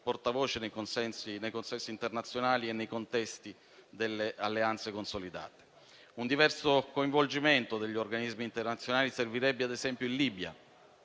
portavoce nei consessi internazionali e nei contesti delle alleanze consolidate. Un diverso coinvolgimento degli organismi internazionali servirebbe, ad esempio, in Libia.